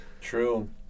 True